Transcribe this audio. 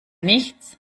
nichts